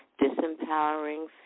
disempowering